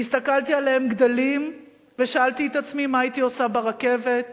הסתכלתי עליהם גדלים ושאלתי את עצמי מה הייתי עושה ברכבת,